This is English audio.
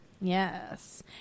Yes